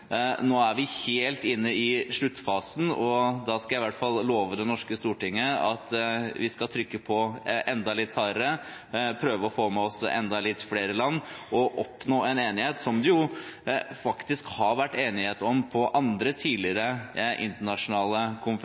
Nå er vi helt inne i sluttfasen, og da skal jeg iallfall love det norske storting at vi skal trykke på enda litt hardere, prøve å få med oss enda litt flere land, og oppnå en enighet – som det jo faktisk har vært enighet om på andre tidligere internasjonale